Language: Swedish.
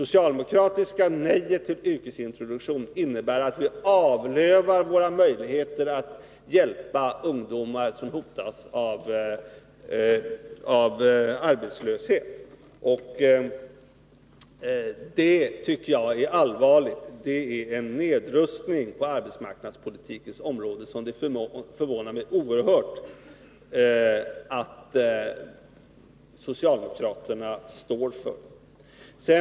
Socialdemokraternas nej till yrkesintroduktion innebär ett avlövande av våra möjligheter att hjälpa ungdomar som hotas av arbetslöshet. Detta tycker jag är allvarligt. Det är en nedrustning på arbetsmarknadspolitikens område som det förvånar mig oerhört att socialdemokraterna står för.